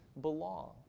belong